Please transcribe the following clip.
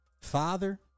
father